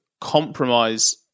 compromise